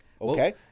Okay